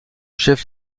chef